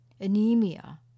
Anemia